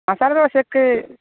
മസാല ദോശയ്ക്ക്